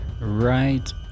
Right